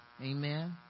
Amen